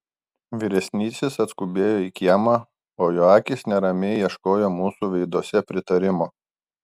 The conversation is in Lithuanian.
vyresnysis atskubėjo į kiemą o jo akys neramiai ieškojo mūsų veiduose pritarimo